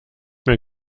mehr